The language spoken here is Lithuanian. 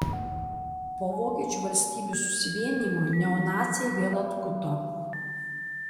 po vokiečių valstybių susivienijimo neonaciai vėl atkuto